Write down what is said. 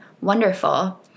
Wonderful